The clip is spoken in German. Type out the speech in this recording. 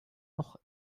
noch